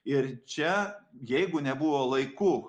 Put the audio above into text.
ir čia jeigu nebuvo laiku